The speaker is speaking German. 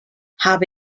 habe